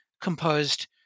composed